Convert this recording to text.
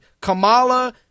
Kamala